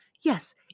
Yes